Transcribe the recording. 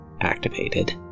activated